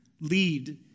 lead